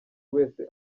wese